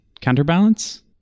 counterbalance